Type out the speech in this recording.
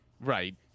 Right